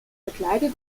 verkleidet